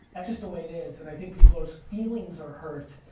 that's just the way it is, and i think people's feelings are hurt,